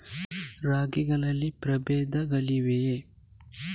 ರಾಗಿಗಳಲ್ಲಿ ಪ್ರಬೇಧಗಳಿವೆಯೇ?